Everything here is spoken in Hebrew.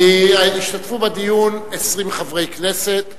השתתפו בדיון 20 חברי כנסת,